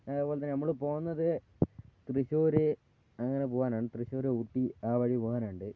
അതേപോലെത്തന്നെ നമ്മൾ പോകുന്നത് തൃശ്ശൂർ അങ്ങനെ പോകാനാണ് തൃശ്ശൂർ ഊട്ടി ആ വഴി പോകാനുണ്ട്